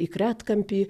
į kretkampį